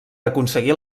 aconseguir